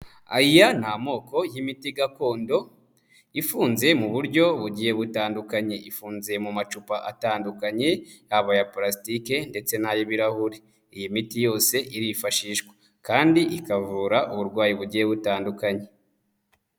Aya ni amoko y'imiti gakondo ifunze mu buryo bugiye butandukanye, ifunze mu macupa atandukanye, yabaya aya palasitike ndetse n'ay'ibirahure, iyi miti yose irifashishwa kandi ikavura uburwayi bugiye butandukanye.